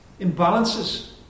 imbalances